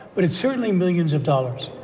but it's certainly millions of dollars.